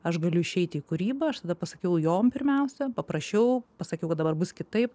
aš galiu išeiti į kūrybą aš tada pasakiau jom pirmiausia paprašiau pasakiau kad dabar bus kitaip